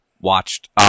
watched